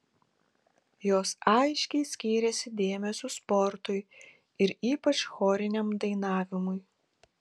jos aiškiai skyrėsi dėmesiu sportui ir ypač choriniam dainavimui